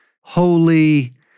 holy